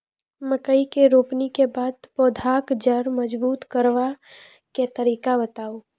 मकय रोपनी के बाद पौधाक जैर मजबूत करबा के तरीका बताऊ?